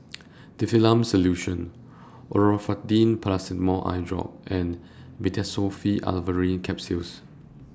Difflam Solution Olopatadine Patanol Eyedrop and Meteospasmyl Alverine Capsules